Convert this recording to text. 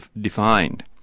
defined